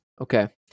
okay